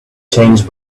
changed